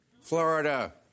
Florida